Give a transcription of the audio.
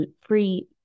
free